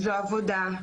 עבודה,